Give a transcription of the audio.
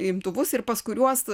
imtuvus ir pas kuriuos